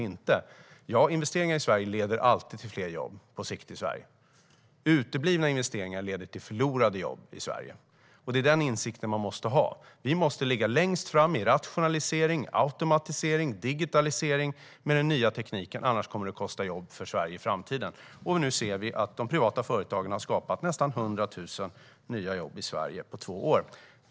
Investeringar i Sverige leder på sikt alltid till fler jobb. Uteblivna investeringar i Sverige leder till förlorade jobb. Denna insikt måste man ha. Vi måste ligga längst fram med den nya tekniken när det gäller rationalisering, automatisering och digitalisering, annars kommer det att kosta jobb för Sverige i framtiden. Vi ser nu att de privata företagen har skapat nästan 100 000 nya jobb i Sverige på två år.